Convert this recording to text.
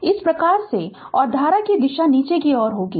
इस प्रकार से और धारा की दिशा नीचे की ओर होगी